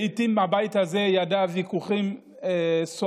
לעיתים הבית הזה יודע ויכוחים סוערים,